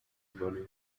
bunny